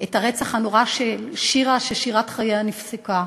את הרצח הנורא של שירה, ששירת חייה נפסקה,